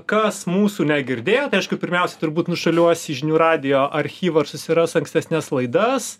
kas mūsų negirdėjo tai aišku pirmiausia turbūt nušuoliuos į žinių radijo archyvą ir susiras ankstesnes laidas